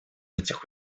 этих